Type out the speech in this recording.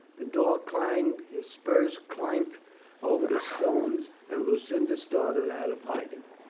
the door clanged, his spurs clanked over the stones and lucinda started out of hiding.